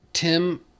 Tim